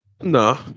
No